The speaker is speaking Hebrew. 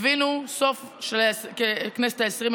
סוף הכנסת העשרים,